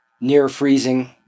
near-freezing –